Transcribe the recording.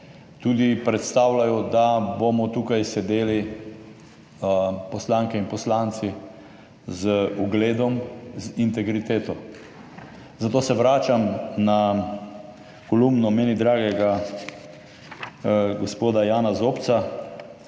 predstavljajo, da bomo tukaj sedeli poslanke in poslanci z ugledom, z integriteto, zato se vračam na kolumno meni dragega gospoda Jana Zobca,